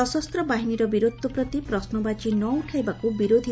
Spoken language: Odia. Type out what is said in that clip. ସଶସ୍ତ ବାହିନୀର ବୀରତ୍ୱ ପ୍ରତି ପ୍ରଶ୍ୱବାଚୀ ନ ଉଠାଇବାକୁ ବିରୋଧୀ